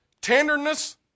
Tenderness